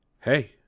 Hey